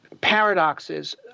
paradoxes